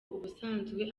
ubusanzwe